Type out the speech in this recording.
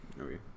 Okay